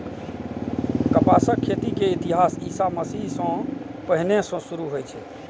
कपासक खेती के इतिहास ईशा मसीह सं पहिने सं शुरू होइ छै